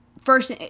first